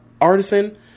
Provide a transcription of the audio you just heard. artisan